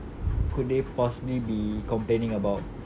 could they possibly be complaining about